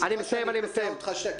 אני מצטער שאני קוטע אותך,